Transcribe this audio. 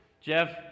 Jeff